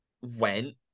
went